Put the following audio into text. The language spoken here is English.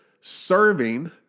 serving